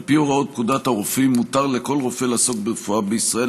על פי הוראות פקודת הרופאים מותר לכל רופא לעסוק ברפואה בישראל,